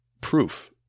proof